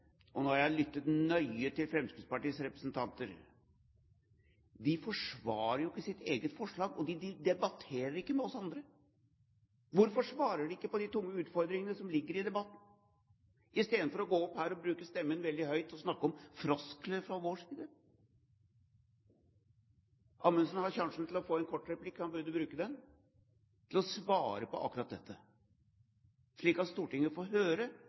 og nå har jeg lyttet nøye til Fremskrittspartiets representanter – er at de forsvarer jo ikke sitt eget forslag, de debatterer ikke med oss andre. Hvorfor svarer de ikke på de tunge utfordringene som ligger i debatten, istedenfor å gå opp her og bruke stemmen veldig høyt og snakke om floskler fra vår side? Amundsen har sjansen til å få en kort replikk. Han burde bruke den til å svare på akkurat dette, slik at Stortinget får høre